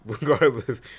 Regardless